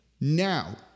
Now